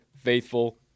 faithful